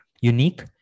unique